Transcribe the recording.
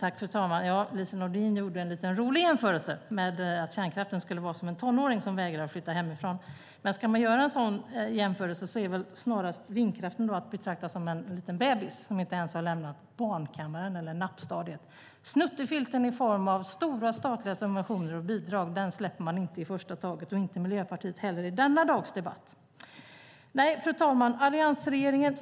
Fru talman! Lise Nordin gjorde en liten rolig jämförelse med att kärnkraften skulle vara som en tonåring som vägrar att flytta hemifrån. Ska man göra en sådan jämförelse är snarast vindkraften att betrakta som en liten bebis som inte ens har lämnat barnkammaren eller nappstadiet. Snuttefilten i form av stora statliga subventioner och bidrag släpper man inte i första taget, och inte Miljöpartiet heller i denna dags debatt. Fru talman!